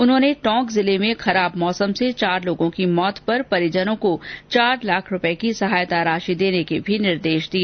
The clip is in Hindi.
उन्होंने टोंक जिले में खराब मौसम से चार लोगों की मौत पर परिजनों को चार लाख रूपये की सहायता राशि देने के भी निर्देश दिए